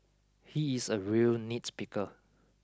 he is a real nitpicker